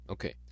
Okay